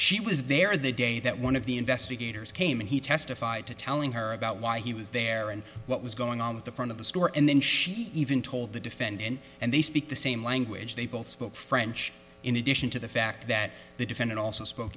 she was there the day that one of the investigators came and he testified to telling her about why he was there and what was going on at the front of the store and then she even told the defendant and they speak the same language they both spoke french in addition to the fact that the defendant also spoke